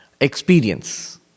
experience